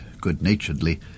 good-naturedly